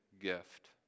gift